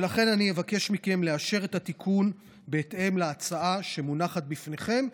ולכן אני אבקש מכם לאשר את התיקון בהתאם להצעה שמונחת בפניכם.